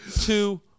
two